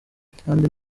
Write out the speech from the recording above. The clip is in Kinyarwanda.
kandi